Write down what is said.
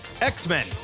X-Men